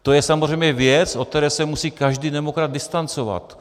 To je samozřejmě věc, od které se musí každý demokrat distancovat.